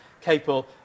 capable